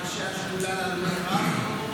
ראשי השדולה להלומי קרב,